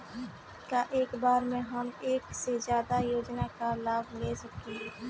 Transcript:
का एक बार में हम एक से ज्यादा योजना का लाभ ले सकेनी?